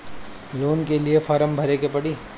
Loan के लिए form भरे के पड़ी?